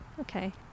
okay